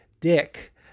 dick